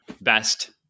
Best